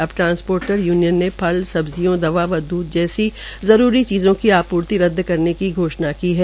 अब transporter union ने फल सब्जियों दूध व दूध जैसी जरूरी चीजों की आपूर्ति रद्द करने की घोषणा की है